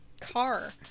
car